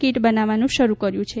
kit બનાવવાનું શરૂ કર્યુ છે